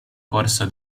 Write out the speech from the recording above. corso